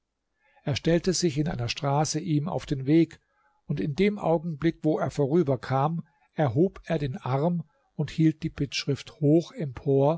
er stellte sich in einer straße ihm auf den weg und in dem augenblick wo er vorüberkam erhob er den arm und hielt die bittschrift hoch empor